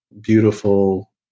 beautiful